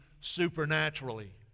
supernaturally